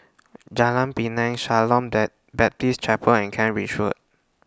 Jalan Pinang Shalom Baptist Chapel and Kent Ridge Road